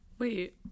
wait